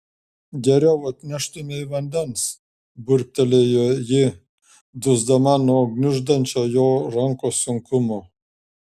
geriau atneštumei vandens burbtelėjo ji dusdama nuo gniuždančio jo rankos sunkumo